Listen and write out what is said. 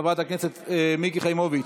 חברת הכנסת מיקי חיימוביץ',